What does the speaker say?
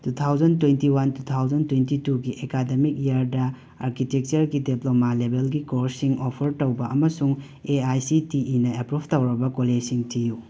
two thousand twenty one two thousand twenty ꯇꯨꯒꯤ academic ꯌꯔꯗ ꯑꯥꯔꯀꯤꯇꯦꯛꯆꯔꯒꯤ ꯗꯦꯄ꯭ꯂꯣꯃꯥ ꯂꯦꯕꯦꯜꯒꯤ ꯀꯣꯔꯁꯁꯤꯡ ꯑꯣꯐꯔ ꯇꯧꯕ ꯑꯃꯁꯨꯡ ꯑꯦ ꯑꯥꯏ ꯁꯤ ꯇꯤ ꯏꯅ ꯑꯦꯄ꯭ꯔꯨꯐ ꯇꯧꯔꯕ ꯀꯣꯂꯦꯁꯁꯤꯡ ꯊꯤꯌꯨ